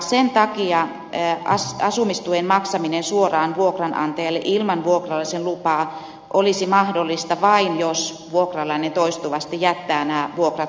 sen takia asumistuen maksaminen suoraan vuokranantajalle ilman vuokralaisen lupaa olisi mahdollista vain jos vuokralainen toistuvasti jättää nämä vuokrat maksamatta